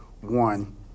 one